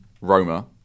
Roma